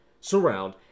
surround